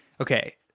Okay